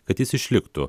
kad jis išliktų